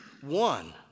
one